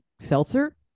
seltzer